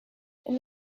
and